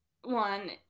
one